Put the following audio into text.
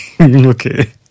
okay